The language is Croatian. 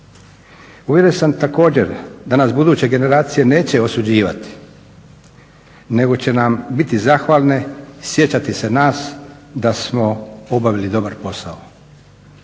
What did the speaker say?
Uvjeren sam također da nas buduće generacije neće osuđivati nego će nam biti zahvalne, sjećati se nas da smo obavili dobar posao.